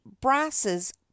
brasses